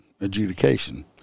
adjudication